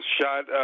shot